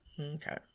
Okay